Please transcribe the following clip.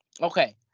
okay